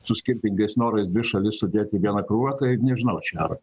su skirtingais norais dvi šalis sudėt į vieną krūvą tai nežinau čia ar